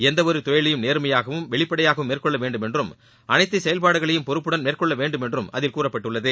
எந்தவொரு தொழிலையும் நேர்மையாகவும் வெளிப்படையாகவும் மேற்கொள்ள வேண்டும் என்றும் அனைத்து செயல்பாடுகளையும் பொறுப்புடன் மேற்கொள்ள வேண்டும் என்றும் அதில் கூறப்பட்டுள்ளது